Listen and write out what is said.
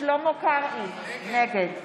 שלמה קרעי, נגד